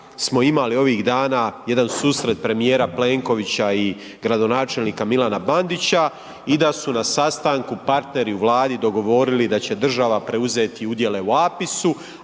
smo imali ovih dana jedan susret premijera Plenkovića i gradonačelnika Milana Bandića i da su na sastanku partneri u Vladi dogovorili da će država preuzeti udjele u APIS-u,